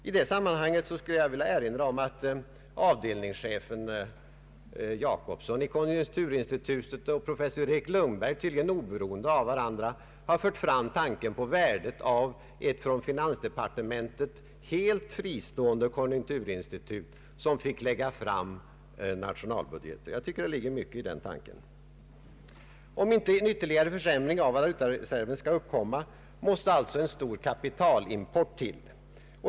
I detta sammanhang skulle jag vilja erinra om att avdelningschefen Jacobsson i konjunkturinstitutet och professor Erik Lundberg, tydligen oberoende av varandra, har fört fram tanken på värdet av ett från finansdepartementet helt fristående konjunkturinstitut, som ensamt fick lägga fram nationalbudgeten. Jag tycker att det ligger mycket i den tanken. Om inte en ytterligare försämring av valutareserven skall uppkomma, måste en stor kapitalimport till.